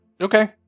okay